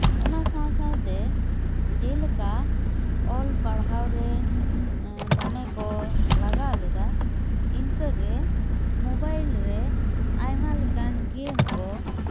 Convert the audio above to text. ᱚᱱᱟ ᱥᱟᱶ ᱥᱟᱶᱛᱮ ᱡᱮᱞᱮᱠᱟ ᱚᱞ ᱯᱟᱲᱦᱟᱣ ᱨᱮ ᱢᱚᱱᱮ ᱠᱚ ᱞᱟᱜᱟᱣ ᱞᱮᱫᱟ ᱤᱱᱠᱟᱹᱜᱮ ᱢᱳᱵᱟᱭᱤᱞ ᱨᱮ ᱟᱭᱢᱟ ᱞᱮᱠᱟᱱ ᱜᱮᱢ ᱠᱚ